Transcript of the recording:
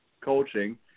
coaching